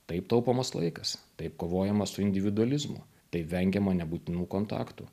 taip taupomas laikas taip kovojama su individualizmu taip vengiama nebūtinų kontaktų